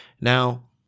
Now